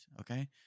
okay